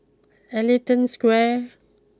Ellington Square